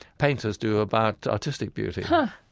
painters do about artistic beauty yeah